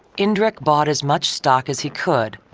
indrek bought as much stock as he could.